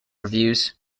reviews